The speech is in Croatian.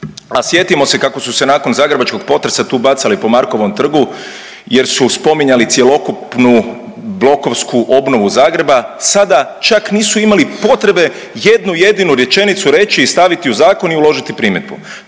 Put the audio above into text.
a sjetimo se kako su se nakon zagrebačkog potresa tu bacali po Markovom trgu jer su spominjali cjelokupnu blokovsku obnovu Zagreba, sada čak nisu imali potrebe jednu jedinu rečenicu reći i staviti u zakon i uložiti primjedbu.